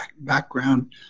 background